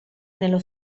nello